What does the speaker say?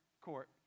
court